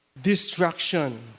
Destruction